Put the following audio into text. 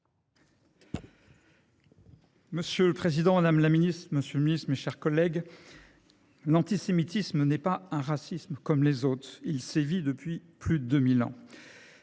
Monsieur le président, madame, monsieur les ministres, mes chers collègues, l’antisémitisme n’est pas un racisme comme les autres, il sévit depuis plus de deux